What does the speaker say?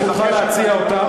זכותך להציע אותה,